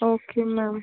okay ma'am